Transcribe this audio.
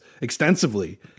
extensively